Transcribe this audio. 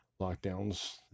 lockdowns